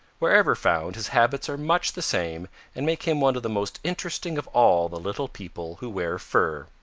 wherever found, his habits are much the same and make him one of the most interesting of all the little people who wear fur.